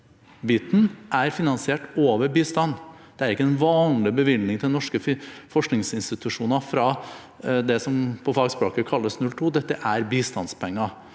er finansiert over bistand. Det er ikke en vanlig bevilgning til norske forskningsinstitusjoner fra det som på fagspråket kalles 02. Dette er bistandspenger.